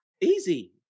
Easy